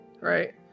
right